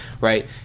right